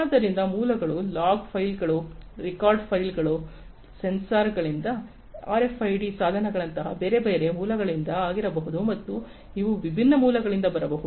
ಆದ್ದರಿಂದ ಮೂಲಗಳು ಲಾಗ್ ಫೈಲ್ಗಳು ರೆಕಾರ್ಡ್ ಫೈಲ್ಗಳು ಸೆನ್ಸಾರ್ ಗಳಿಂದ ಆರ್ಎಫ್ಐಡಿ ಸಾಧನಗಳಂತಹ ಬೇರೆ ಬೇರೆ ಮೂಲಗಳಿಂದ ಆಗಿರಬಹುದು ಮತ್ತು ಇವು ವಿಭಿನ್ನ ಮೂಲಗಳಿಂದ ಬರಬಹುದು